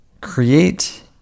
Create